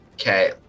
Okay